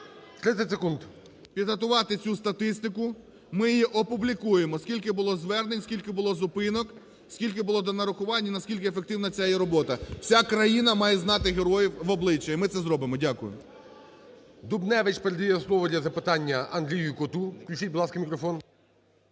В.Б. Підготувати цю статистику. Ми її опублікуємо: скільки було звернень, скільки було зупинок, скільки було донарахувань і на скільки ефективна ця є робота. Вся країна має знати героїв в обличчя і ми це зробимо. Дякую. ГОЛОВУЮЧИЙ. Дубневич передає слово для запитання Андрію Коту. Включіть, будь ласка, мікрофон.